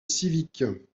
civique